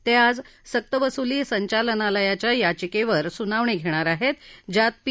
ते आज सत्तवसुली संचालनालयाच्या याचिकेवर सुनावणी घेणार आहेत ज्यात पी